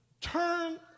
turn